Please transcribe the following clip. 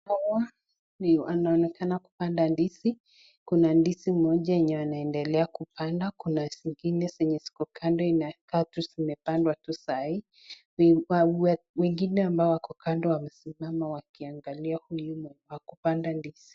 Hawa wanaonekana kupanda ndizi. Kuna ndizi moja yenye wanaendelea kupanda, kuna zingine zenye ziko kando inakaa kuwa zimepandwa tu saa hii, wengine ambao wenye wako kando wamesimama wakiangalia mkulima wa kupanda ndizi.